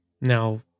Now